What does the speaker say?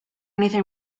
anything